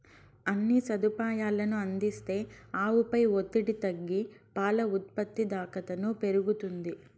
అన్ని సదుపాయాలనూ అందిస్తే ఆవుపై ఒత్తిడి తగ్గి పాల ఉత్పాదకతను పెరుగుతుంది